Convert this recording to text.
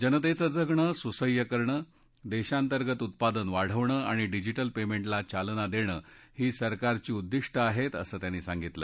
जनतेचं जगणं सुसह्य करणं देशांतर्गत उत्पादन वाढवणं आणि डिजीटल पेंमेटला चालना देणं ही सरकारची उद्दिष्ट आहेत असं त्यांनी सांगितलं